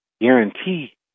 guarantee